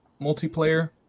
multiplayer